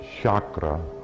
chakra